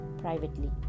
privately